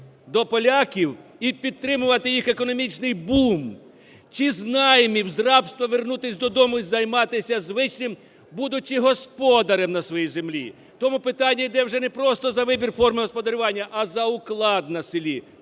до поляків і підтримувати їх економічний бум, чи з наймів, з рабства вернутися додому і займатися звичним, будучи господарем на своїй землі. Тому питання йде не просто за вибір форми господарювання, а за уклад на селі.